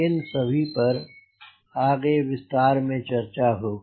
इन सभी पर आगे विस्तार में चर्चा होगी